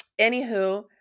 anywho